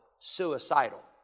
suicidal